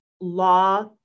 law